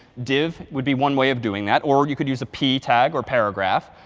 div would be one way of doing that. or you could use a p tag or paragraph.